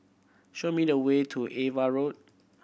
show me the way to Ava Road